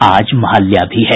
आज महालया भी है